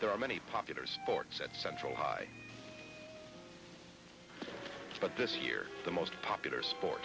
there are many popular sports at central high but this year the most popular sport